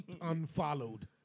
unfollowed